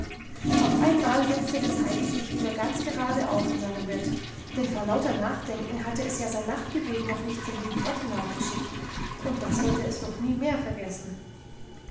auf einmal setzte das heidi sich wieder ganz gerade auf in seinem bett denn vor lauter nachdenken hatte es ja sein nachtgebet noch nicht zum lieben gott hinaufgeschickt und das wollte es doch nie mehr vergessen